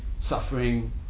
Suffering